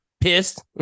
pissed